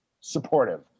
supportive